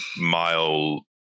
mile